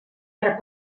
per